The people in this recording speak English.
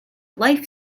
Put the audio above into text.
life